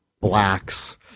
blacks